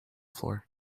floor